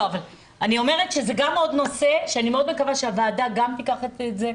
אני אומרת שזה גם עוד נושא שאני מאוד מקווה שהוועדה גם תיקח את זה.